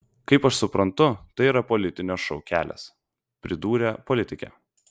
kaip aš suprantu tai yra politinio šou kelias pridūrė politikė